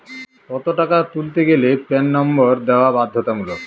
কত টাকা তুলতে গেলে প্যান নম্বর দেওয়া বাধ্যতামূলক?